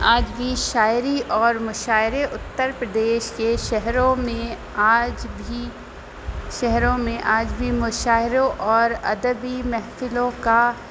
آج بھی شاعری اور مشاعرے اتر پردیش کے شہروں میں آج بھی شہروں میں آج بھی مشاعروں اور ادبی محفلوں کا